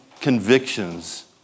convictions